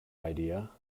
idea